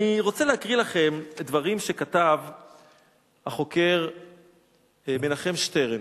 אני רוצה להקריא לכם דברים שכתב החוקר מנחם שטרן.